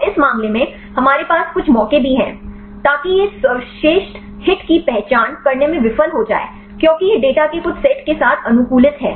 तो इस मामले में हमारे पास कुछ मौके भी हैं ताकि यह सर्वश्रेष्ठ हिट की पहचान करने में विफल हो जाए क्योंकि यह डेटा के कुछ सेट के साथ अनुकूलित है